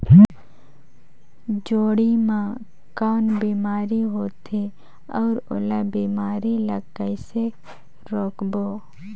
जोणी मा कौन बीमारी होथे अउ ओला बीमारी ला कइसे रोकबो?